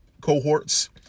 cohorts